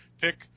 Pick